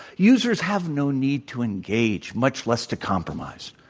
users have no need to engage, much less to compromise.